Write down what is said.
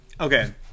okay